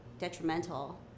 detrimental